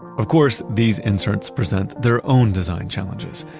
of course, these inserts present their own design challenges.